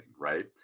right